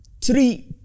three